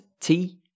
-t